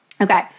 Okay